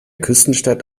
küstenstadt